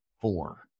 four